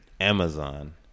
Amazon